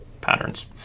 patterns